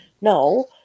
no